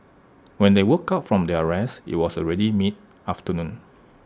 when they woke up from their rest IT was already mid afternoon